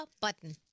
button